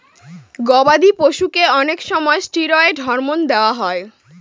গবাদি পশুদেরকে অনেক সময় ষ্টিরয়েড হরমোন দেওয়া হয়